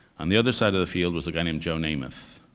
on the other side of the field was a guy named joe namath.